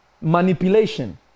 manipulation